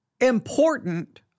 important